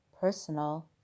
personal